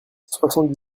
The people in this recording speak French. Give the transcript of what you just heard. soixante